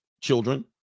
children